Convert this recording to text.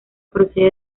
procede